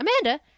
amanda